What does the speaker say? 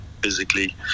physically